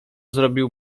zrobił